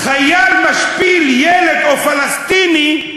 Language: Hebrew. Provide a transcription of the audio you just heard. חייל משפיל ילד או פלסטיני,